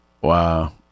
Wow